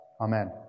amen